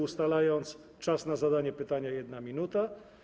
Ustalam czas na zadanie pytania - 1 minuta.